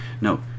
No